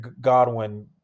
Godwin